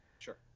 Sure